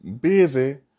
busy